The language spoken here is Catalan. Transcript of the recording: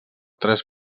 tres